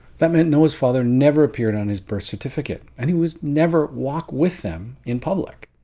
that meant noah's father never appeared on his birth certificate and he would never walk with them in public.